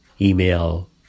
Email